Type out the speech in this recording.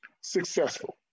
Successful